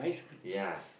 ya